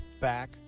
back